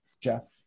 Jeff